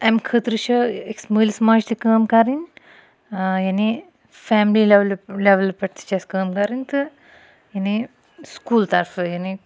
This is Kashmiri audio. امہِ خٲطرٕ چھِ أکِس مٲلِس ماجہِ تہِ کٲم کَرٕنۍ یعنی فیملی لیٚولہِ لیٚولہِ پٮ۪ٹھ تہِ چھِ اَسہِ کٲم کَرٕنۍ تہٕ یعنی سُکوٗل طَرفہٕ یعنی